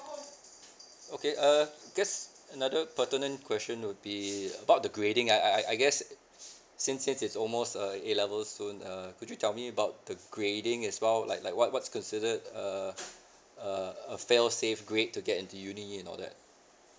okay uh guess another pertinent question would be about the grading I I I I guess since since it's almost a A level student uh could you tell me about the grading as well like like what what's considered err a a fail safe grade to get into uni and all that